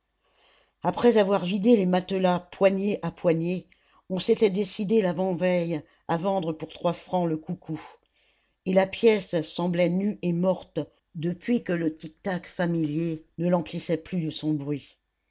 après avoir vidé les matelas poignée à poignée on s'était décidé l'avant-veille à vendre pour trois francs le coucou et la pièce semblait nue et morte depuis que le tic-tac familier ne l'emplissait plus de son bruit